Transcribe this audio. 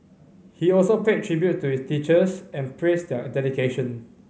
he also paid tribute to his teachers and praised their dedication